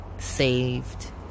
Saved